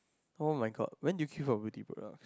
oh-my-god when did you queue for beauty product